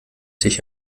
sich